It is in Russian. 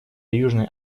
южной